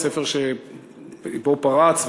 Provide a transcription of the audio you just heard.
הספר שבו פרצת,